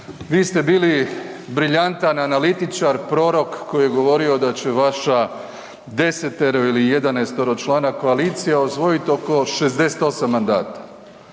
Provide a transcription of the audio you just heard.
vi ste bili briljantan analitičar, prorok koji je govorio da će vaša desetero ili jedanaestero člana koalicija osvojiti oko 68 mandata,